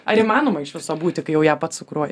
ar įmanoma iš viso būti kai jau ją pats sukuruoji